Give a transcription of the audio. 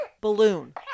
balloon